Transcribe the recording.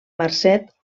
marcet